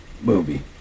movie